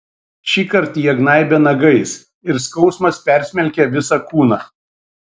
šįkart jie gnaibė nagais ir skausmas persmelkė visą kūną